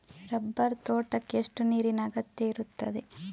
Rubber ತೋಟಕ್ಕೆ ಎಷ್ಟು ನೀರಿನ ಅಗತ್ಯ ಇರುತ್ತದೆ?